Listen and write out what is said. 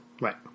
Right